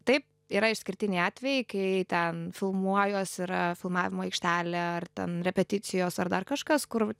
taip yra išskirtiniai atvejai kai ten filmuojuosi yra filmavimo aikštelė ar ten repeticijos ar dar kažkas kur